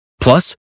Plus